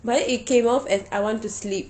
but then it came off as I want to sleep